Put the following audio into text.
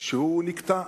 שנקטע.